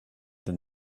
than